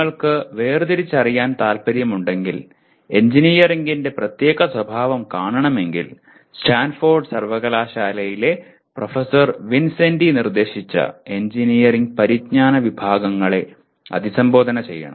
നിങ്ങൾക്ക് വേർതിരിച്ചറിയാൻ താൽപ്പര്യമുണ്ടെങ്കിൽ എഞ്ചിനീയറിംഗിന്റെ പ്രത്യേക സ്വഭാവം കാണണമെങ്കിൽ സ്റ്റാൻഫോർഡ് സർവകലാശാലയിലെ പ്രൊഫസർ വിൻസെൻടി നിർദ്ദേശിച്ച എഞ്ചിനീയറിംഗ് പരിജ്ഞാന വിഭാഗങ്ങളെ അഭിസംബോധന ചെയ്യണം